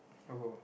hello